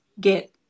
get